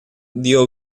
dio